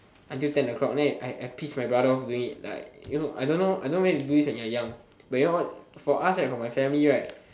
until ten o-clock then I I pissed my brother off doing it like you know I don't know I don't know whether you do this when you're young when your all for us right for my family right